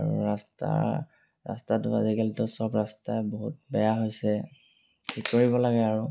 আৰু ৰাস্তা ৰাস্তাটো আজিকালিতো চব ৰাস্তাই বহুত বেয়া হৈছে ঠিক কৰিব লাগে আৰু